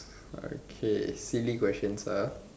okay silly questions ah